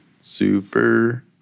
Super